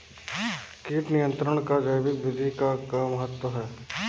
कीट नियंत्रण क जैविक विधि क का महत्व ह?